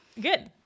Good